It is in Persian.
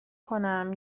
کنم